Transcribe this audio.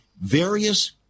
various